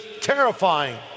terrifying